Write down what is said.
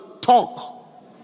talk